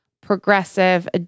progressive